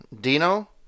Dino